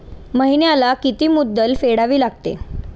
महिन्याला किती मुद्दल फेडावी लागेल?